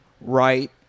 right